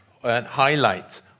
highlight